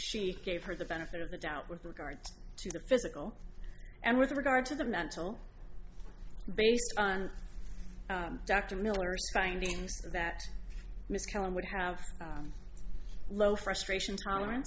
she gave her the benefit of the doubt with regards to the physical and with regard to the mental based on dr miller findings that miscount would have low frustration toler